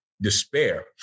despair